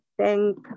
Thank